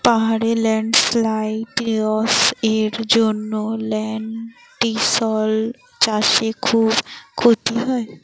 পাহাড়ে ল্যান্ডস্লাইডস্ এর জন্য লেনটিল্স চাষে খুব ক্ষতি হয়